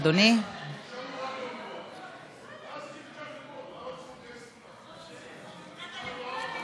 (הכנסה שמקורה בתמיכה כספית), התשע"ז